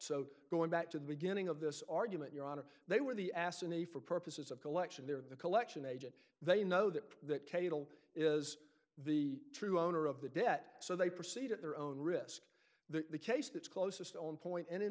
so going back to the beginning of this argument your honor they were the ass in a for purposes of collection they're the collection agent they know that that cable is the true owner of the debt so they proceed at their own risk the case that's closest on point and in